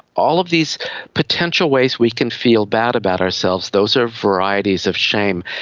all of these potential ways we can feel bad about ourselves, those are varieties of shame.